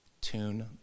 Tune